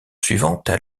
suivante